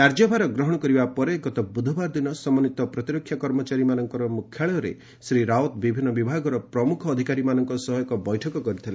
କାର୍ଯ୍ୟଭାର ଗ୍ରହଣ କରିବା ପରେ ଗତ ବୁଧବାର ଦିନ ସମନ୍ଧିତ ପ୍ରତିରକ୍ଷା କର୍ମଚାରୀଙ୍କର ମୁଖ୍ୟାଳୟରେ ଶ୍ରୀ ରାଓ୍ୱତ ବିଭିନ୍ନ ବିଭାଗର ପ୍ରମୁଖ ଅଧିକାରୀମାନଙ୍କ ସହ ଏକ ବୈଠକ କରିଥିଲେ